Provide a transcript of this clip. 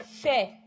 fair